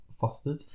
fostered